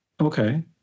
Okay